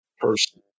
person